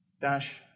DASH